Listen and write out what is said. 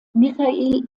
michail